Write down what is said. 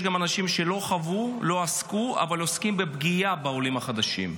יש גם אנשים שלא חוו ולא עסקו אבל עוסקים בפגיעה בעולים החדשים.